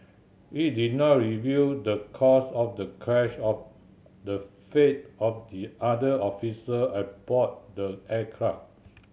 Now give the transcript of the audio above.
it did not reveal the cause of the crash or the fate of the other official aboard the aircraft